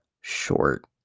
short